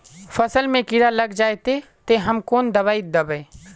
फसल में कीड़ा लग जाए ते, ते हम कौन दबाई दबे?